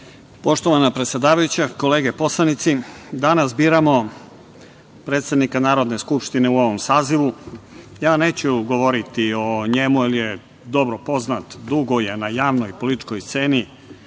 Poštovana predsedavajuća, kolege poslanici, danas biramo predsednika Narodne skupštine u ovom sazivu. Neću govoriti o njemu jer je dobro poznat, dugo je na javnoj i političkoj sceni,